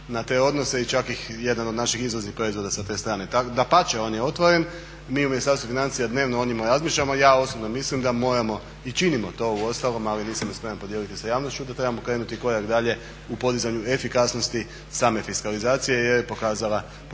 na te odnose i čak i jedan od naših izvoznih proizvoda sa te strane. Dapače, on je otvoren, mi u Ministarstvu financija dnevno o njemu razmišljamo i ja osobno mislim da moramo i činimo to uostalom, ali nisam spreman podijeliti sa javnošću, da trebamo krenuti korak dalje u podizanju efikasnosti same fiskalizacije jer je pokazala određene